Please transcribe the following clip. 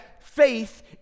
faith